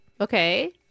Okay